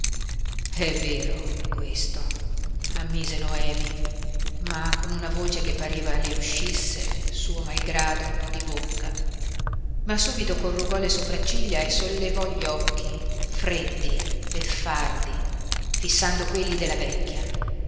è vero questo ammise noemi ma con una voce che pareva le uscisse suo malgrado di bocca ma subito corrugò le sopracciglia e sollevò gli occhi freddi beffardi fissando quelli della vecchia